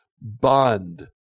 bond